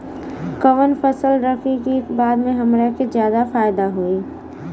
कवन फसल रखी कि बाद में हमरा के ज्यादा फायदा होयी?